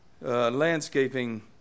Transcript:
landscaping